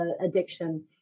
addiction